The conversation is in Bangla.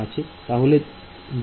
তাহলে পালস 2 কে কিভাবে লিখব